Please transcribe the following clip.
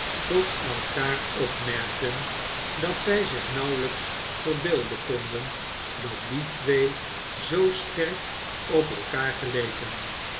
tot elkaar opmerkten dat zjj zich nauweljjks verbeelden konden dat die twee zoo sterk op elkaar geleken